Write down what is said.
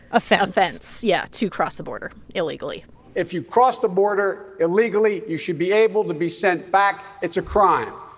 offense. offense, yeah, to cross the border illegally if you cross the border illegally, you should be able to be sent back. it's a crime.